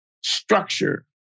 structure